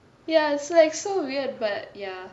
ya it's like so weird but ya